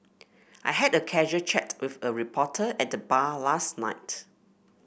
I had a casual chat with a reporter at the bar last night